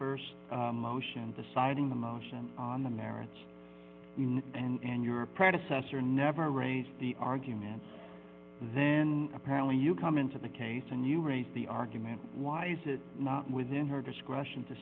st motion deciding the motion on the merits and your predecessor never raised the argument then apparently you come into the case and you raise the argument why is it not within her discretion to